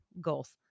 goals